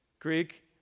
Greek